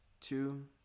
two